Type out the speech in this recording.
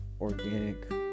organic